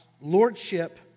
lordship